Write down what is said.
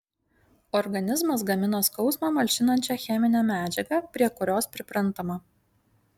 organizmas gamina skausmą malšinančią cheminę medžiagą prie kurios priprantama